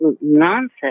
nonsense